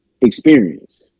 experience